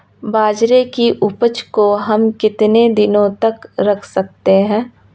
बाजरे की उपज को हम कितने दिनों तक रख सकते हैं?